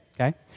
okay